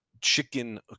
chicken